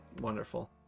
Wonderful